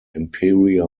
emperor